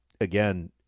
again